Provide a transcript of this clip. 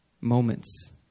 moments